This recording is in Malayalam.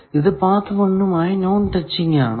ഇത് പാത്ത് 1 മായി നോൺ ടച്ചിങ് ആണോ